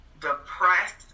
depressed